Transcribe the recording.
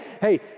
Hey